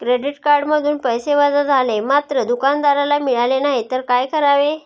Credit कार्डमधून पैसे वजा झाले मात्र दुकानदाराला मिळाले नाहीत तर काय करावे?